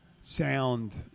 sound